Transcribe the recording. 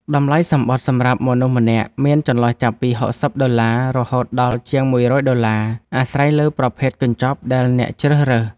តម្លៃសំបុត្រសម្រាប់មនុស្សម្នាក់មានចន្លោះចាប់ពី ៦០ ដុល្លារ រហូតដល់ជាង ១០០ ដុល្លារ អាស្រ័យលើប្រភេទកញ្ចប់ដែលអ្នកជ្រើសរើស។